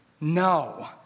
No